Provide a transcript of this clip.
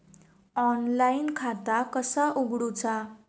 Online खाता कसा उगडूचा?